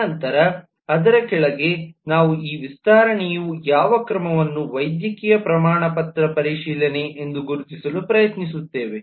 ತದನಂತರ ಅದರ ಕೆಳಗೆ ನಾವು ಈ ವಿಸ್ತರಣೆಯು ಯಾವ ಕ್ರಮವನ್ನು ವೈದ್ಯಕೀಯ ಪ್ರಮಾಣಪತ್ರದ ಪರಿಶೀಲನೆ ಎಂದು ಗುರುತಿಸಲು ಪ್ರಯತ್ನಿಸುತ್ತೇವೆ